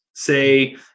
Say